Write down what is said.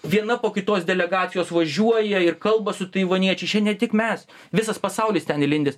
viena po kitos delegacijos važiuoja ir kalba su taivaniečiais čia ne tik mes visas pasaulis ten įlindęs